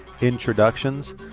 introductions